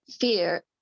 fear